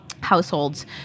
households